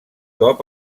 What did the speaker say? cop